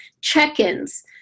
check-ins